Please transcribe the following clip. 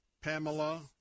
Pamela